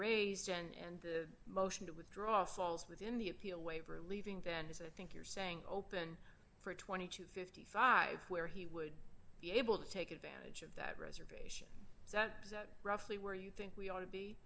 raised and the motion to withdraw falls within the appeal waiver leaving then as i think you're saying open for twenty to fifty five where he would be able to take advantage of that reservation so that that roughly where you think we ought to be